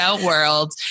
world